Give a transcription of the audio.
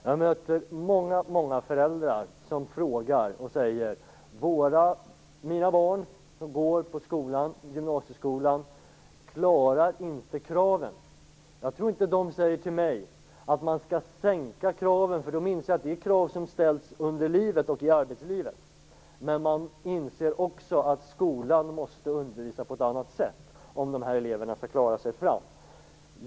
Jag möter många, många föräldrar som säger: Mina barn, som går i gymnasieskolan, klarar inte kraven. Jag tror inte att de tycker att man skall sänka kraven, för de inser att det ställs krav i arbetslivet och i livet i övrigt. Men man inser också att skolan måste undervisa på ett annat sätt, om dessa elever skall klara att gå vidare.